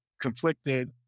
conflicted